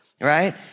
right